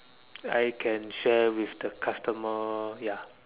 I'm can share with the customer ya